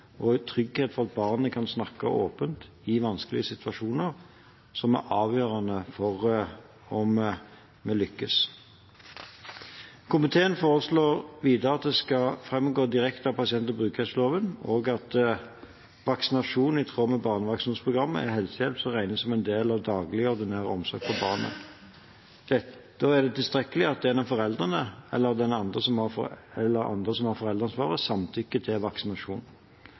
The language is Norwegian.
en trygghet for at barnet kan snakke åpent i vanskelige situasjoner, som er avgjørende for om vi lykkes. Komiteen foreslår videre at det skal framgå direkte av pasient- og brukerrettighetsloven at vaksinasjon i tråd med barnevaksinasjonsprogrammet er helsehjelp som regnes som en del av daglig, ordinær omsorg for barnet. Da er det tilstrekkelig at en av foreldrene, eller andre som har foreldreansvaret, samtykker til vaksinasjon.